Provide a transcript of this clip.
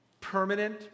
Permanent